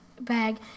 bag